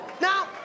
Now